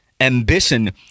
ambition